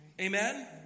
Amen